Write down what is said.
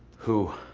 who.